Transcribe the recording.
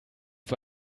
für